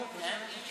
כן?